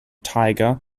tiger